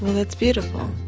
that's beautiful